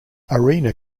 arena